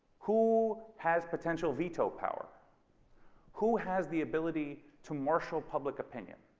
who has potential veto power who has the ability to marshal public opinion